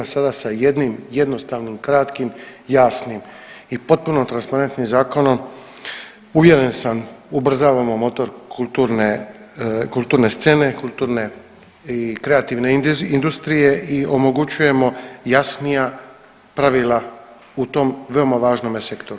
Sada sa jednim jednostavnim kratkim jasnim i potpuno transparentnim zakonom uvjeren sam ubrzavamo motor kulturne scene, kulturne i kreativne industrije i omogućujemo jasnija pravila u tom veoma važnom sektoru.